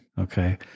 Okay